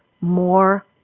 more